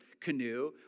canoe